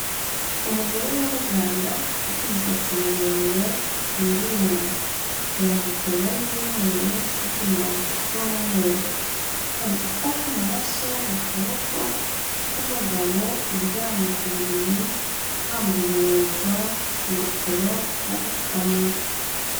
Umugore w'umuganga ufite umusatsi muremure ufungiye inyuma, yambaye itaburiya y'umweru n'uturindanki tw'umweruru, ari gufata amaraso mu kaboko k'umugabo uryamye ku buriri, yambaye inkweto n'ingofero n'agapfukamunwa.